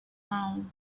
round